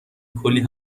کلی